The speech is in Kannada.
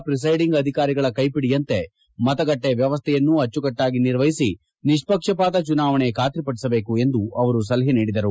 ಪ್ರಿಸೈಡಿಂಗ್ ಅಧಿಕಾರಿಗಳ ಕೈಪಿಡಿಯಂತೆ ಮತಗಟ್ಟೆ ವ್ಯವಸ್ಥೆಯನ್ನು ಅಚ್ಚುಕಟ್ಟಾಗಿ ನಿರ್ವಹಿಸಿ ನಿಪ್ಪಕ್ಷಪಾತ ಚುನಾವಣೆ ಖಾತರಿಪಡಿಸಬೇಕು ಎಂದು ಅವರು ಸಲಹೆ ನೀಡಿದರು